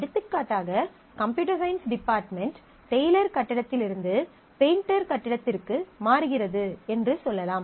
எடுத்துக்காட்டாக computer science department Taylor கட்டிடத்திலிருந்து Painter கட்டிடத்திற்கு மாறுகிறது என்று சொல்லலாம்